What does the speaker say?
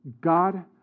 God